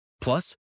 Plus